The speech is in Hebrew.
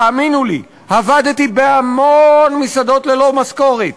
תאמינו לי, עבדתי בהמון מסעדות ללא משכורת.